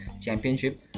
championship